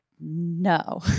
no